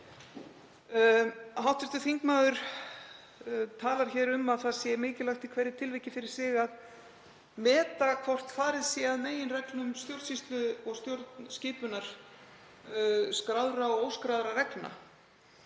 Hv. þingmaður talar hér um að það sé mikilvægt í hverju tilviki fyrir sig að meta hvort farið sé að meginreglum stjórnsýslu og stjórnskipunar, skráðra og óskráðra reglna.